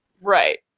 Right